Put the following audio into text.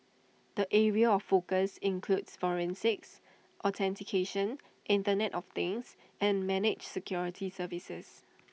the areas of focus include forensics authentication Internet of things and managed security services